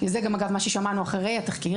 כי זה גם מה ששמענו אחרי התחקיר,